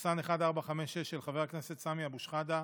של חבר הכנסת סמי אבו שחאדה,